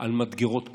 על מדגרות קורונה.